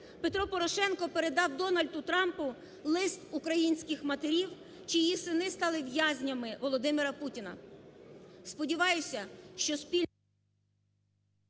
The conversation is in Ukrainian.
Петро Порошенко передав Дональду Трампу лист українських матерів, чиї сини стали в'язнями Володимира Путіна.